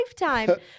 lifetime